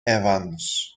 evans